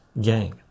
gang